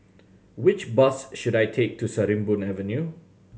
which bus should I take to Sarimbun Avenue